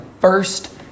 first